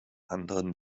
anderen